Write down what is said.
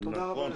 תודה רבה.